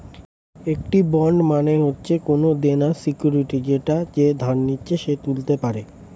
একটি বন্ড মানে হচ্ছে কোনো দেনার সিকিউরিটি যেটা যে ধার নিচ্ছে সে তুলতে পারে